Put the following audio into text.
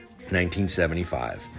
1975